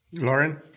Lauren